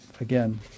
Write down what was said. again